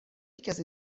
کسی